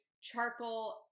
charcoal